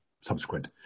subsequent